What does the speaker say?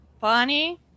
Bonnie